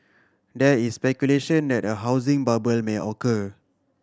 there is speculation that a housing bubble may occur